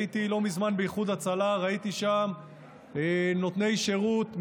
הייתי לא מזמן באיחוד הצלה וראיתי שם נותני שירות,